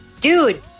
dude